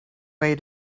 way